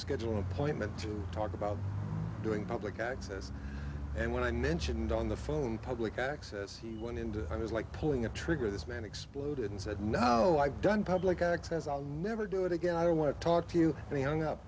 schedule an appointment to talk about doing public access and when i mentioned on the phone public access he went and i was like pulling a trigger this man exploded and said no i've done public access i'll never do it again i want to talk to you and he hung up